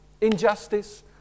injustice